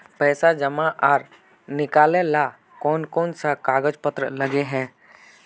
पैसा जमा आर निकाले ला कोन कोन सा कागज पत्र लगे है?